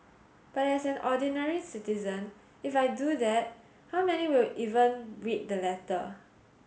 but as an ordinary citizen if I do that how many will even read the letter